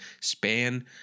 span